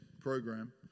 program